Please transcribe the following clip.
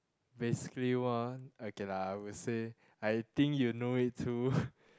basically one okay lah I would say I think you know it too